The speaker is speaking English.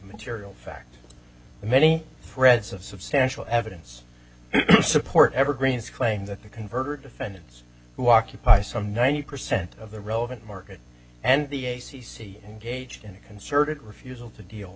material fact the many threads of substantial evidence to support evergreens claim that the converter defendants who occupy some ninety percent of the relevant market and the a c c engaged in a concerted refusal to deal